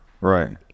Right